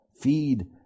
Feed